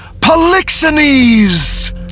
Polixenes